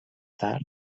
tard